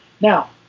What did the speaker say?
Now